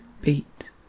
beat